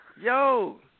Yo